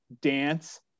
dance